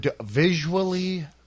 Visually